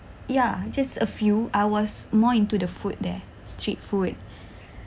ya just a few I was more into the food there street food